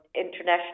international